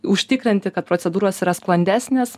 užtikrinti kad procedūros yra sklandesnės